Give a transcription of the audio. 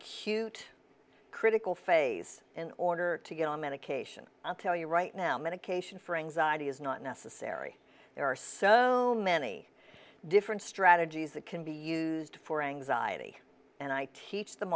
cute critical phase in order to get on medication i'll tell you right now medication for anxiety is not necessary there are so many different strategies that can be used for anxiety and i teach them